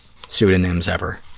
pseudonyms ever.